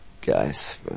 guys